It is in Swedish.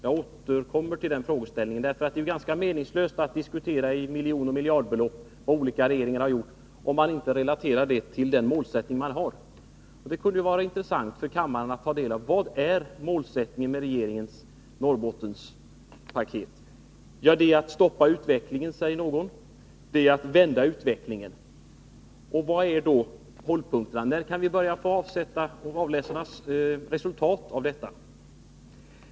Jag återkommer till den frågan, eftersom det är ganska meningslöst att diskutera i miljardoch miljonbelopp vad olika regeringar gjort, om det inte relateras till den målsättning man har. Det kunde vara intressant för kammaren att få veta: Vad är målsättningen med regeringens Norrbottenspaket? Det är att stoppa utvecklingen, säger någon — det är att vända utvecklingen. Vad är då hållpunkterna? När kan vi börja avläsa resultaten av detta?